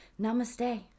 Namaste